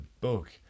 book